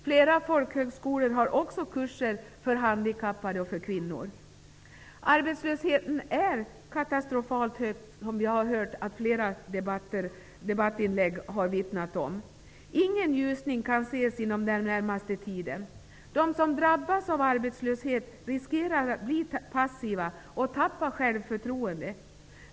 Flera folkhögskolor har även kurser för handikappade och för kvinnor. Arbetslösheten är katastrofalt hög, vilket flera debattörer har vittnat om. Ingen ljusning kan ses inom den närmaste tiden. De som drabbas av arbetslöshet riskerar att bli passiva och tappa självförtroendet.